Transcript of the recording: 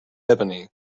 ebony